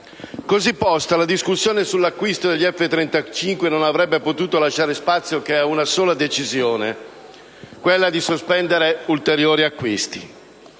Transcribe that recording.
Così posta, la discussione sull'acquisto degli F-35 non avrebbe potuto lasciare spazio che ad una sola decisione: quella di sospendere ulteriori acquisti.